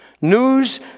news